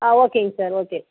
ஆ ஓகேங்க sir okay